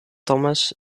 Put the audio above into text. thomas